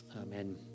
Amen